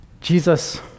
Jesus